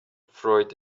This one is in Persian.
فروید